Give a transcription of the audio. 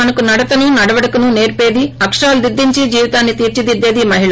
మనకు నడతను నడవడికను నేర్చేది అక్షరాలు దిద్దించి జీవితాన్ని తీర్చిదిద్దే మహిళ